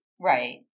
Right